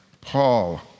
Paul